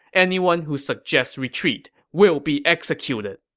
anyone who suggests retreat will be executed.